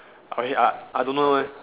okay I I don't know leh